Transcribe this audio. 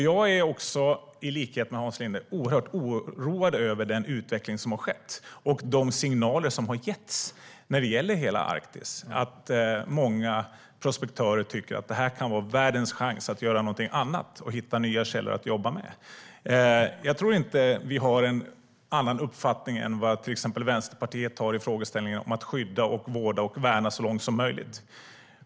Jag är i likhet med Hans Linde oerhört oroad över den utveckling som har skett och de signaler som har getts när det gäller hela Arktis, att många prospektörer tycker att det här kan vara världens chans att göra någonting annat och hitta nya källor att jobba med. Jag tror inte att vi har en annan uppfattning än vad Vänsterpartiet har i frågan om att skydda, vårda och värna så långt som möjligt.